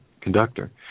conductor